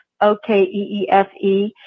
O-K-E-E-F-E